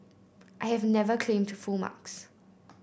I have never claim to full marks